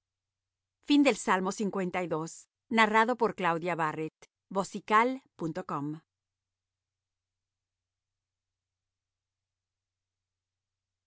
músico principal salmo de